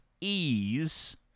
ease